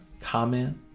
Comment